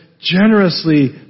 generously